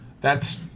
thats